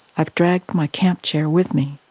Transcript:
i've dragged my camp chair with me,